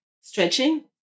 Stretching